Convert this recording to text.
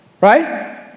right